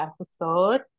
episode